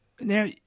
Now